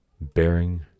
bearing